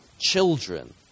children